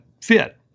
fit